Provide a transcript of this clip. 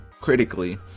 critically